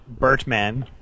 Bertman